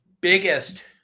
biggest